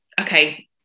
okay